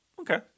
Okay